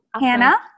Hannah